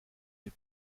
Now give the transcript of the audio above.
des